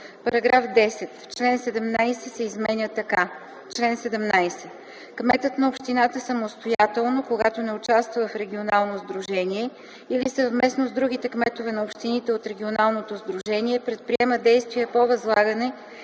„§ 10. Член 17 се изменя така: „Чл. 17. Кметът на общината самостоятелно, когато не участва в регионално сдружение или съвместно с другите кметове на общините от регионалното сдружение предприема действия по възлагане